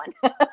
one